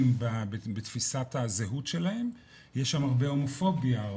בתפיסת הזהות שלהם יש שם הרבה הומופוביה,